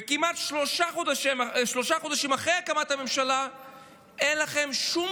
וכמעט שלושה חודשים אחרי הקמת הממשלה אין לכם שום